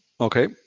Okay